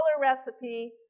recipe